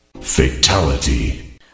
Fatality